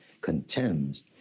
contemns